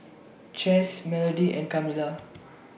Chas Melody and Kamilah